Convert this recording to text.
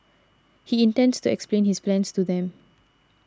he intends to explain his plans to them